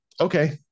okay